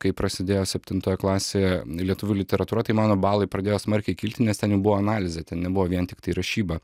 kai prasidėjo septintoje klasėje lietuvių literatūra tai mano balai pradėjo smarkiai kilti nes ten jau buvo analizė ten nebuvo vien tiktai rašyba